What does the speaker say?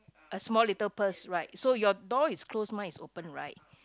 a small little purse right so your door is closed mine is open right